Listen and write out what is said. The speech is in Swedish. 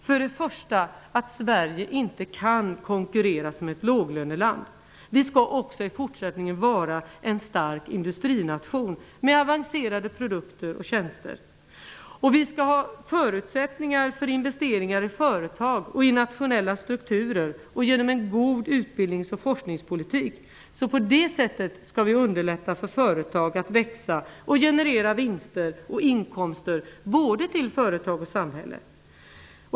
För det första kan Sverige inte konkurrera som ett låglöneland. Vi skall också i fortsättningen vara en stark industrination med avancerade produkter och tjänster. Vi skall ha förutsättningar för investeringar i företag och i nationella strukturer och en god utbildnings och forskningspolitik. På det sättet skall vi underlätta för företag att växa och generera vinster och inkomster både till företag och samhälle.